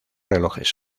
relojes